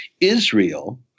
Israel